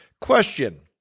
Question